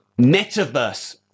metaverse